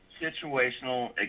situational